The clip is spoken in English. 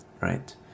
right